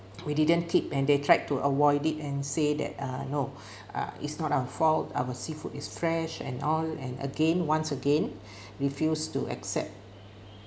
we didn't keep and they tried to avoid it and say that uh no uh it's not our fault our seafood is fresh and all and again once again refused to accept